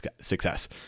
success